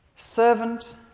servant